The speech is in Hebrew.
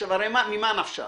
ממה נפשך.